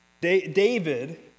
David